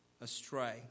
astray